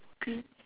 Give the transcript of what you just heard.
tree